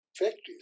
factories